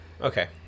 okay